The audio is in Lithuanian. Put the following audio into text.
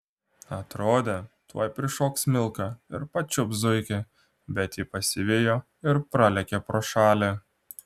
atrodė tuoj prišoks milka ir pačiups zuikį bet ji pasivijo ir pralėkė pro šalį